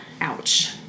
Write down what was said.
Ouch